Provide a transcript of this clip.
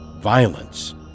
violence